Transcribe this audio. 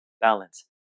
balance